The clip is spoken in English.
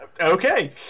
Okay